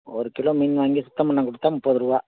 ஒரு கிலோ மீன் வாங்கி சுத்தம் பண்ண கொடுத்தா முப்பது ரூபா